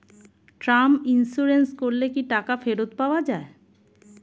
Term insurance করলে কি টাকা ফেরত পাওয়া যায়?